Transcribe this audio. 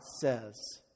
says